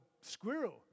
squirrel